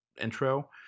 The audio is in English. intro